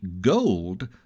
gold